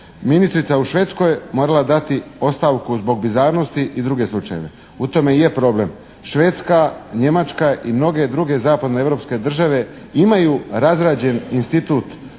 ministrica u Švedskoj morala dati ostavku zbog bizarnosti i druge slučajeve. U tome i je problem. Švedska, Njemačka i mnoge druge zapadno europske države imaju razrađen institut